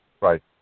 Right